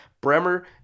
Bremer